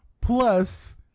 plus